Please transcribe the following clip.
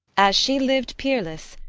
as she liv'd peerless,